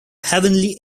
heavenly